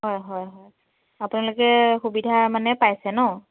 হয় হয় হয় আপোনালোকে সুবিধা মানে পাইছে ন